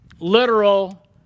literal